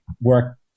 work